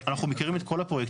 אנחנו מכירים את כל הפרויקטים.